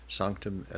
sanctum